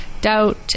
doubt